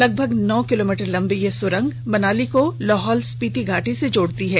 लगभग नौ किलोमीटर लंबी यह सुरंग मनाली को लाहौल स्पीति घाटी से जोड़ती है